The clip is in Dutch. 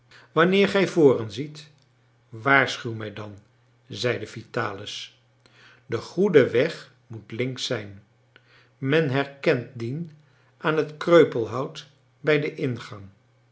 wanneer gij voren ziet waarschuw mij dan zeide vitalis de goede weg moet links zijn men herkent dien aan het kreupelhout bij den ingang